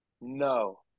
No